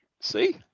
See